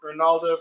Ronaldo